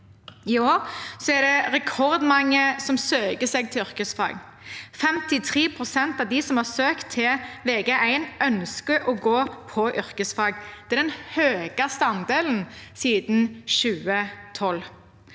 I år er det rekordmange som søker seg til yrkesfag. 53 pst. av dem som har søkt til Vg1, ønsker å gå på yrkesfag. Det er den høyeste andelen siden 2012.